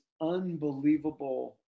unbelievable